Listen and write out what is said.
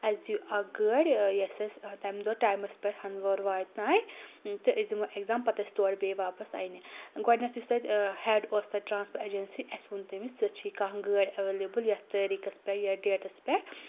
اَسہِ دِیِو اَکھ گٲڑۍ یۄس اَسہِ تَمہِ دۄہ ٹایمَس پؠٹھ ہندور واتنایہِ تہٕ أسۍ دِمو ایٚگزام پَتہٕ ٲسۍ تورٕ بیٚیہِ واپَس اَنہِ گۄڈنؠتھ یُس تَتہِ ہیٚڈ اوس تَتہِ ٹرانسپوٹ ایجَنسی اَسہِ ووٚن تٔمِس سُہ چھِ کانٛہہ گٲڑۍ ایویلیبٕل یَتھ تٲریٖخَس پؠٹھ یا ڈیٹَس پؠٹھ